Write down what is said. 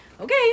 Okay